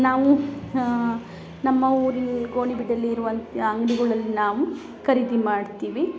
ನಾವು ನಮ್ಮ ಊರಲ್ಲಿ ಗೋಣಿಬೀಡಲ್ ಇರುವಂಥ ಯಾವ ಅಂಗಡಿಗಳಲ್ಲಿ ನಾವು ಖರೀದಿ ಮಾಡ್ತೀವಿ